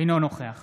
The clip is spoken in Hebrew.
אינו נוכח